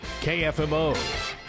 KFMO